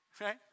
Right